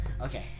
Okay